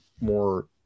more